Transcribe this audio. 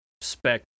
spec